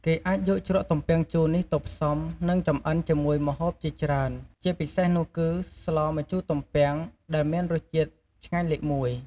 គេអាចយកជ្រក់ទំពាំងជូរនេះទៅផ្សំ និងចម្អិនជាមួយម្ហូបជាច្រើន ជាពិសេសនោះគឺ ស្លម្ជូរទំពាំង ដែលមានរសជាតិឆ្ងាញ់លេខ១។